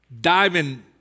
diving